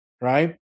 right